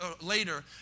later